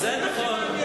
זה נכון,